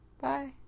Bye